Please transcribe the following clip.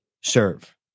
serve